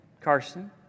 Carson